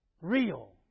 real